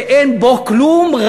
שאין בו כלום,